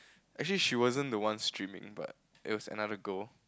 actually she wasn't the one streaming but it was another girl